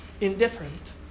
Indifferent